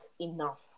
enough